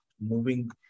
moving